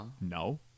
no